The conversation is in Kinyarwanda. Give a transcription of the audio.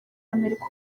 amerika